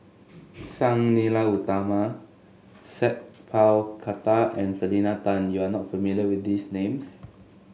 Sang Nila Utama Sat Pal Khattar and Selena Tan you are not familiar with these names